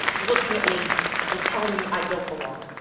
looking at me and telling me i don't belong.